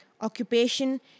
Occupation